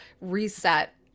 reset